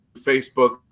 Facebook